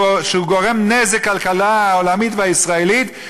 שהוא גורם נזק לכלכלה העולמית והישראלית,